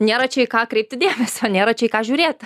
nėra čia į ką kreipti dėmesio nėra čia į ką žiūrėt